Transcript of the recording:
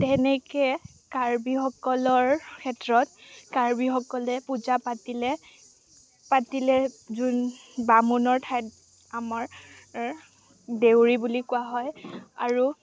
তেনেকে কাৰ্বিসকলৰ ক্ষেত্ৰত কাৰ্বিসকলে পূজা পাতিলে পাতিলে যোন বামুনৰ ঠাইত আমাৰ দেউৰী বুলি কোৱা হয় আৰু